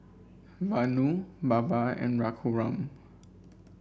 Vanu Baba and Raghuram